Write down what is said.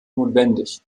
notwendig